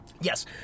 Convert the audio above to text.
Yes